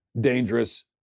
dangerous